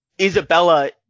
Isabella